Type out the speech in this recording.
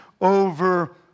over